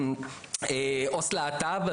עו"ס להט"ב,